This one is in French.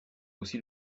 aussi